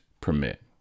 permit